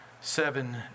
seven